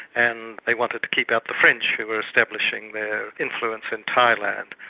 and they wanted to keep out the french, who were establishing their influence in thailand.